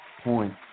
point